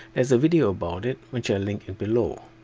is a video about it, which i link in below.